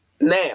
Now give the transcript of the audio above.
now